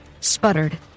sputtered